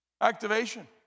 Activation